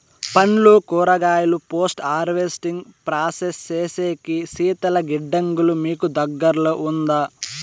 పండ్లు కూరగాయలు post harvesting process సేసేకి శీతల గిడ్డంగులు మీకు దగ్గర్లో ఉందా?